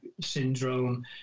syndrome